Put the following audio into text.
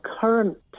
current